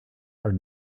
are